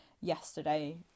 yesterday